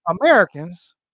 Americans